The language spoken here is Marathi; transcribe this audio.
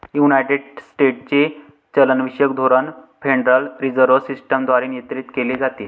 युनायटेड स्टेट्सचे चलनविषयक धोरण फेडरल रिझर्व्ह सिस्टम द्वारे नियंत्रित केले जाते